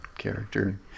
character